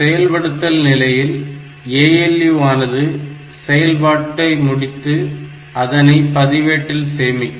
செயல்படுத்தல் நிலையில் ALU ஆனது செயல்பாட்டை முடித்து அதனை பதிவேட்டில் சேமிக்கும்